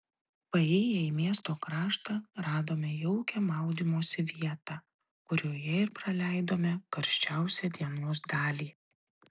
paėję į miesto kraštą radome jaukią maudymosi vietą kurioje ir praleidome karščiausią dienos dalį